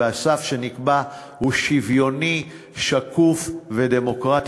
סף, והסף שנקבע הוא שוויוני, שקוף ודמוקרטי.